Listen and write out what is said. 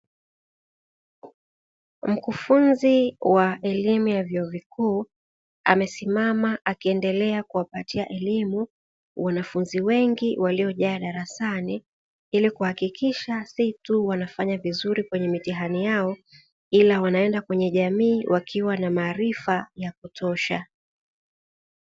Mkufunzi wa elimu ya vyuo vikuu amesimama akiendelea hapo wanafunzi wengi waliojaa darasani ili kuhakikisha si tu walifanya vizuri kwenye mitihani yao ila wanaenda kwenye jamii wakiwa na maarifa ya kutosha.